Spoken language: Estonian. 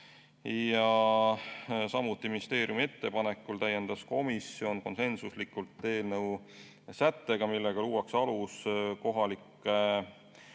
Ja samuti ministeeriumi ettepanekul täiendas komisjon konsensuslikult eelnõu sättega, millega luuakse alus kohaliku